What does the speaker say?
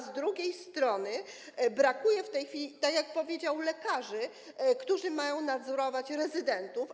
Z drugiej strony brakuje w tej chwili, jak powiedział, lekarzy, którzy mają nadzorować rezydentów.